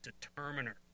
determiner